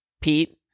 Pete